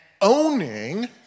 Owning